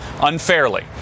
unfairly